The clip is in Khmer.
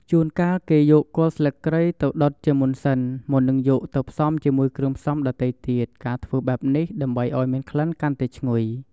ជួនកាលគេយកគល់ស្លឹកគ្រៃទៅដុតជាមុនសិន មុននឹងយកទៅផ្សំជាមួយគ្រឿងផ្សំដទៃទៀត ការធ្វើបែបនេះដើម្បីឱ្យមានក្លិនកាន់តែឈ្ងុយ។